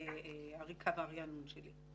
הריענון שלי.